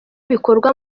bikorwa